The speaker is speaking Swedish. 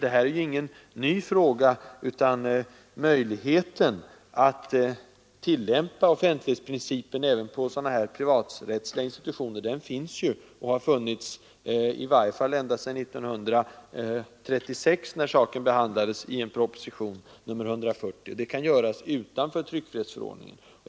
Det här är ju ingen ny fråga, utan möjligheten att tillämpa offentlighetsprincipen även på privaträttsliga institutioner av detta slag finns ju och har funnits i varje fall ända sedan 1936 när saken behandlades i propositionen 140. Det kan göras utanför tryckfrihetsförordningen.